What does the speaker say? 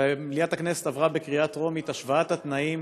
במליאת הכנסת עברה בקריאה טרומית השוואת התנאים